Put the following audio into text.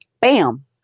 bam